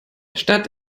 statt